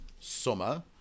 summer